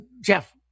Jeff